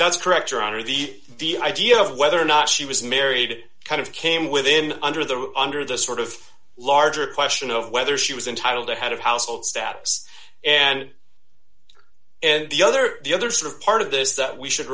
that's correct your honor the the idea of whether or not she was married it kind of came within under the under the sort of larger question of whether she was entitled to head of household status and and the other the other sort of part of this that we should